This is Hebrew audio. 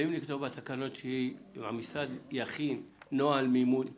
ואם נכתוב בתקנות שהמשרד יכין נוהל מימון ההדרכות,